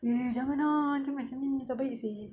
eh jangan ah macam ni tak baik seh